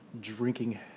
drinking